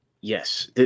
Yes